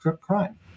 crime